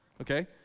Okay